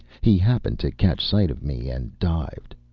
he happened to catch sight of me and dived,